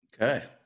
Okay